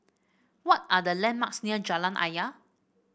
what are the landmarks near Jalan Ayer